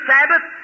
Sabbath